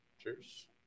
Cheers